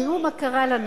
תראו מה קרה לנו,